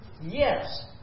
Yes